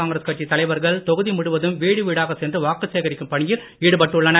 காங்கிரஸ் கட்சித் தலைவர்கள் தொகுதி முழுவதும் வீடு வீடாக சென்று வாக்குச் சேகரிக்கும் பணியில் ஈடுபட்டுள்ளனர்